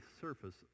surface